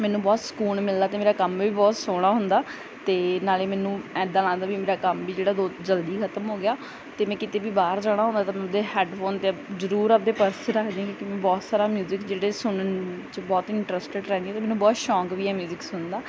ਮੈਨੂੰ ਬਹੁਤ ਸਕੂਨ ਮਿਲਦਾ ਅਤੇ ਮੇਰਾ ਕੰਮ ਵੀ ਬਹੁਤ ਸੋਹਣਾ ਹੁੰਦਾ ਅਤੇ ਨਾਲੇ ਮੈਨੂੰ ਇੱਦਾਂ ਲੱਗਦਾ ਵੀ ਮੇਰਾ ਕੰਮ ਵੀ ਜਿਹੜਾ ਬਹੁਤ ਜਲਦੀ ਖਤਮ ਹੋ ਗਿਆ ਅਤੇ ਮੈਂ ਕਿਤੇ ਵੀ ਬਾਹਰ ਜਾਣਾ ਹੁੰਦਾ ਤਾਂ ਮੈਂ ਆਪਣੇ ਹੈਡਫੋਨ ਤਾਂ ਜ਼ਰੂਰ ਆਪਣੇ ਪਰਸ 'ਚ ਰੱਖਦੀ ਕਿਉਂਕਿ ਮੈਂ ਬਹੁਤ ਸਾਰਾ ਮਿਊਜ਼ਿਕ ਜਿਹੜਾ ਸੁਣਨ 'ਚ ਬਹੁਤ ਇੰਟਰਸਟਿਡ ਰਹਿੰਦੀ ਅਤੇ ਮੈਨੂੰ ਬਹੁਤ ਸ਼ੌਕ ਵੀ ਹੈ ਮਿਊਜ਼ਿਕ ਸੁਣਨ ਦਾ